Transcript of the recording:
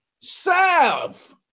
Self